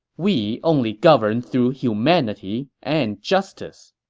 we only govern through humanity and justice.